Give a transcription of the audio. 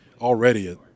already